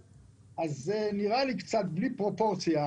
אז זה נראה לי קצת בלי פרופורציה.